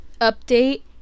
update